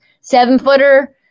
Seven-footer